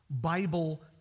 Bible